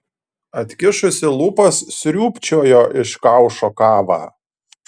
atkišusi lūpas sriūbčiojo iš kaušo kavą